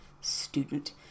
student